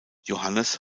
johannes